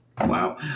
Wow